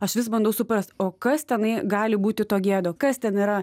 aš vis bandau suprast o kas tenai gali būti to gėda kas ten yra